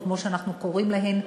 או כמו שאנחנו קוראים להן,